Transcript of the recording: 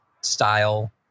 style